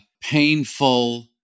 painful